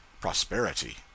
prosperity